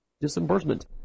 disbursement